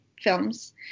films